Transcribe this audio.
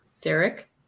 Derek